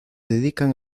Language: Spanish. dedican